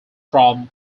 from